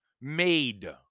made